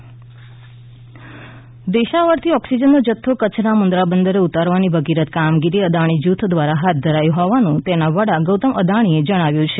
અદાણીની સેવા દેશાવરથી ઓક્સીજનનો જથ્થો કચ્છના મુંદ્રા બંદરે ઉતરવાની ભગીરથ કામગિરિ અદાણી જુથ દ્વારા હાથ ધરાઈ હોવાનું તેના વડા ગૌતમ અદાણિએ જણાવ્યુ છે